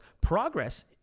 Progress